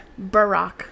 barack